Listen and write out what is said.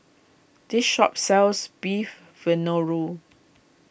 this shop sells Beef Vindaloo